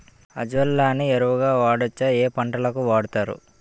Azolla ని ఎరువు గా వాడొచ్చా? ఏ పంటలకు వాడతారు?